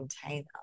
container